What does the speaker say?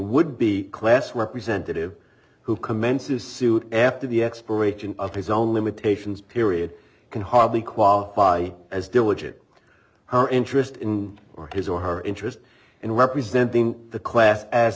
would be class representative who commences suit after the expiration of his own limitations period can hardly qualify as diligent her interest in or his or her interest in representing the class as